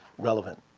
relevant.